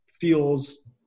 feels